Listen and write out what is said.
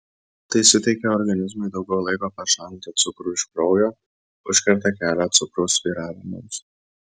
tai suteikia organizmui daugiau laiko pašalinti cukrų iš kraujo užkerta kelią cukraus svyravimams